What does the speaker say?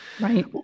Right